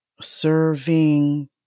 serving